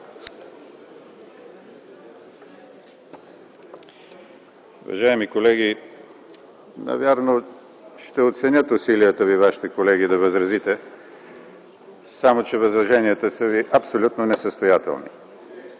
възраженията ви са абсолютно несъстоятелни.